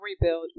rebuild